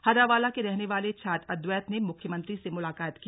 हर्रावाला के रहने वाले छात्र अद्वैत ने मुख्यमंत्री से मुलाकात की